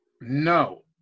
No